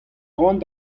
cʼhoant